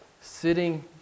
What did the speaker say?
sitting